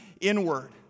inward